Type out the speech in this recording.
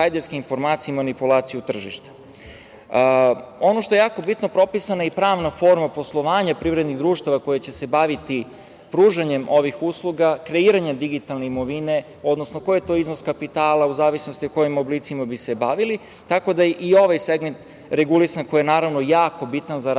informacije i manipulaciju tržišta. Ono što je jako bitno propisana je i pravna forma poslovanja privrednih društava koje će se baviti pružanjem ovih usluga, kreiranje digitalne imovine, odnosno koji je to iznos kapitala u zavisnosti o kojim oblicima bi se bavili, tako da i ovaj segment regulisan, koji je, naravno, jako bitan za razvoj